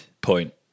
point